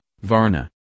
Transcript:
Varna